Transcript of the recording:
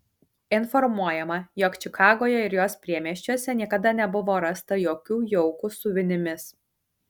informuojama jog čikagoje ir jos priemiesčiuose niekada nebuvo rasta jokių jaukų su vinimis